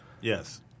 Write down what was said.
Yes